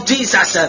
Jesus